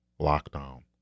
lockdown